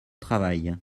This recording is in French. travail